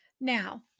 Now